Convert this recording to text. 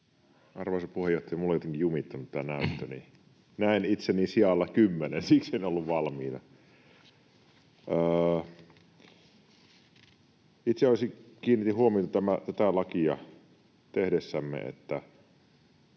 Arvoisa puheenjohtaja! Minulla on jotenkin jumittanut tämä näyttö — näen itseni sijalla 10, siksi en ollut valmiina. Itse kiinnitin huomiota tätä lakia tehdessämme